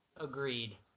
Agreed